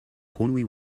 conway